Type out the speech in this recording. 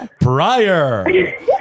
prior